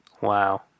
Wow